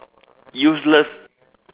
useless